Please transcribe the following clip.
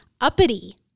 uppity